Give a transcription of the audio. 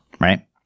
right